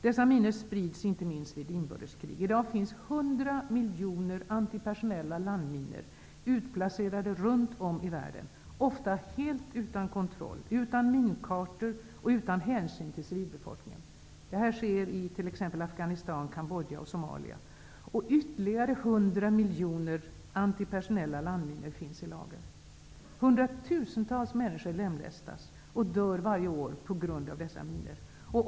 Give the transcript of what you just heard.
Dessa minor sprids inte minst vid inbördeskrig. I dag finns det l00 miljoner antipersonella landminor utplacerade runt om i världen, ofta helt utan kontroll, utan minkartor och utan hänsyn till civilbefolkningen. Dessa finns t.ex. i Afghanistan, Cambodja och Somalia och ytterligare l00 miljoner antipersonella landminor finns i lager. Hundratusentals människor lemlästas och dör varje år på grund av dessa minor.